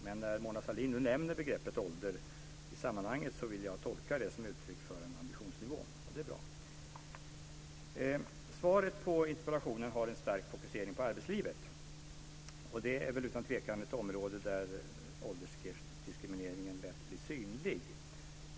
Men när nu Mona Sahlin nämner begreppet ålder i det här sammanhanget vill jag tolka det som ett uttryck för en ambitionsnivå, och det är bra. Svaret på interpellationen har en stark fokusering på arbetslivet - utan tvekan ett område där åldersdiskrimineringen lätt blir synlig.